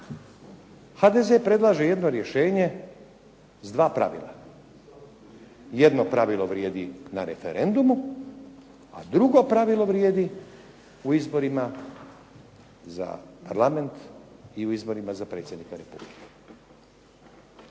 HDZ predlaže jedno rješenje s dva pravila. Jedno pravilo vrijedi na referendumu, a drugo pravilo vrijedi na izborima za Parlament i u izborima za Predsjednika Republike.